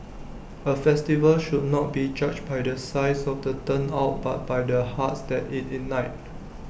A festival should not be judged by the size of the turnout but by the hearts that IT ignited